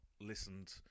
listened